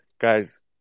guys